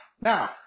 now